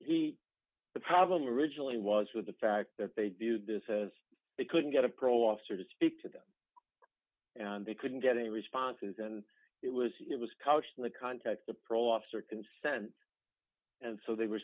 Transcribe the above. the problem originally was with the fact that they do this they couldn't get a parole officer to speak to them and they couldn't get any responses and it was it was couched in the context the parole officer consent and so they were